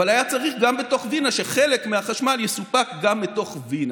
היה צריך שחלק מהחשמל יסופק גם בתוך וינה.